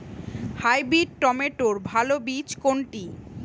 Hybrid টমেটোর ভালো বীজ কোনটি?